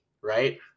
right